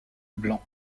blanc